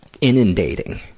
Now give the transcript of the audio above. inundating